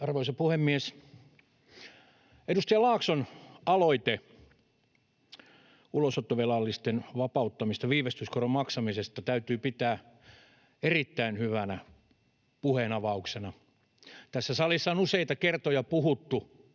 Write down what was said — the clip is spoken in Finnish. Arvoisa puhemies! Edustaja Laakson aloitetta ulosottovelallisten vapauttamisesta viivästyskoron maksamisesta täytyy pitää erittäin hyvänä pu- heenavauksena. Tässä salissa on useita kertoja puhuttu